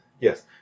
Yes